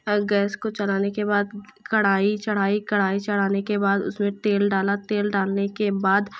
gas को चलाने के बाद कड़ाही चढ़ाई कड़ाही चढ़ाने के बाद उसमें तेल डाला तेल डालने के बाद